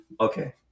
Okay